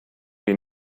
wir